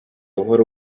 buhoro